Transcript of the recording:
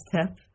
step